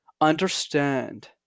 understand